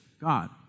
God